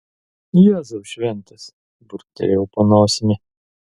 jėzau šventas burbtelėjau po nosimi